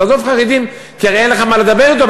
עזוב חרדים, כי הרי אין לך מה לדבר אתו.